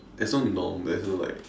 there is no norm there is no like